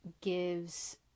gives